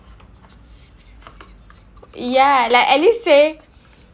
ya like at least say